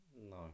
No